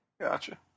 Gotcha